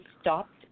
stopped